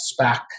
SPAC